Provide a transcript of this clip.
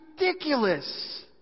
ridiculous